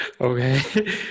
okay